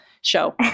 show